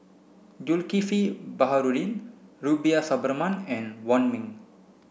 Zulkifli Baharudin Rubiah Suparman and Wong Ming